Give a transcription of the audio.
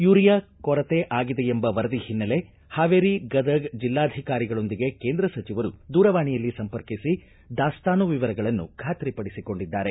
urea ಕೊರತೆ ಆಗಿದೆಯೆಂಬ ವರದಿ ಹಿನ್ನೆಲೆ ಹಾವೇರಿ ಗದಗ ಜಿಲ್ಲಾಧಿಕಾರಿಗಳೊಂದಿಗೆ ಕೇಂದ್ರ ಸಚಿವರು ದೂರವಾಣಿಯಲ್ಲಿ ಸಂಪರ್ಕಿಸಿ ದಾಸ್ತಾನು ವಿವರಗಳನ್ನು ಖಾತ್ರಿ ಪಡಿಸಿಕೊಂಡಿದ್ದಾರೆ